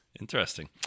Interesting